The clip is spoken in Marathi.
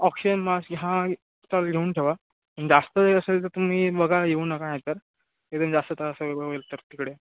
ऑक्शिजन मास्क ह्या चालेल घेऊन ठेवा जास्त त्रास वगैरे असेल तर तुम्ही बघा येऊ नका नाही तर इथून जास्त तास चालावं लागेल तर तिकडे